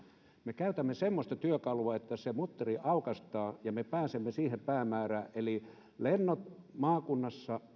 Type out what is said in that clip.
me käytämme semmoista työkalua että se mutteri aukaistaan ja me pääsemme siihen päämäärään eli lennot maakunnassa